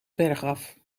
bergaf